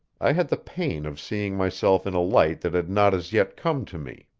i had the pain of seeing myself in a light that had not as yet come to me.